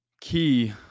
key